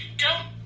don't